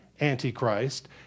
Antichrist